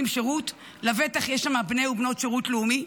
שירות לבטח יש שמה בני ובנות שירות לאומי,